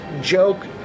joke